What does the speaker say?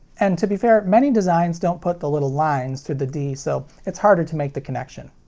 and to be fair, many designs don't put the little lines through the d so it's harder to make the connection.